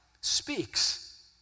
speaks